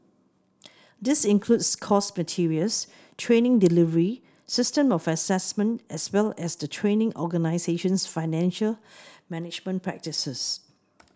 this includes course materials training delivery system of assessment as well as the training organisation's financial management practices